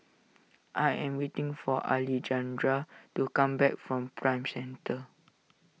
I am waiting for Alejandra to come back from Prime Centre